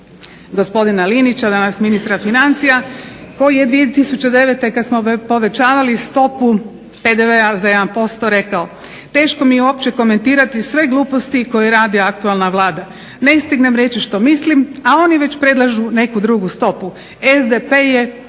gospodina Linića, danas ministra financija koji je 2009. kad smo povećavali stopu PDV-a za 1% rekao: "Teško mi je uopće komentirati sve gluposti koje radi aktualna Vlada. Ne stignem reći što mislim, a oni već predlažu neku drugu stopu. SDP je